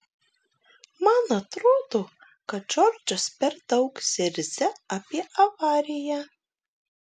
man atrodo kad džordžas per daug zirzia apie avariją